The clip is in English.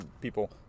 people